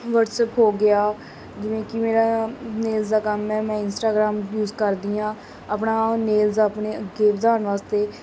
WhatsApp ਹੋ ਗਿਆ ਜਿਵੇਂ ਕਿ ਮੇਰਾ ਨੇਲਸ ਦਾ ਕੰਮ ਹੈ ਮੈਂ ਇੰਸਟਾਗ੍ਰਾਮ ਯੂਜ ਕਰਦੀ ਹਾਂ ਆਪਣਾ ਨੇਲਸ ਆਪਣੇ ਅੱਗੇ ਵਧਾਉਣ ਵਾਸਤੇ